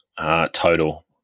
total